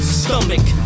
stomach